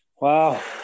Wow